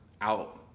out